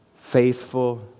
Faithful